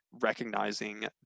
recognizing